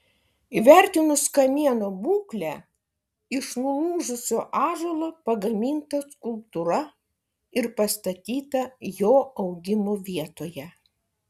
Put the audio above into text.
įvertinus kamieno būklę iš nulūžusio ąžuolo pagaminta skulptūra ir pastatyta jo augimo vietoje